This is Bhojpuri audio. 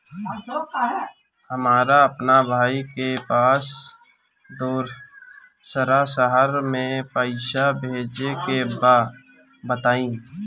हमरा अपना भाई के पास दोसरा शहर में पइसा भेजे के बा बताई?